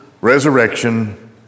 resurrection